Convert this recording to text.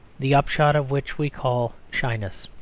the upshot of which we call shyness.